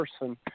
person